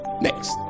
next